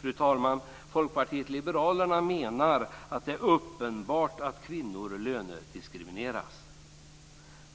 Fru talman! Folkpartiet liberalerna menar att det är uppenbart att kvinnor lönediskrimineras.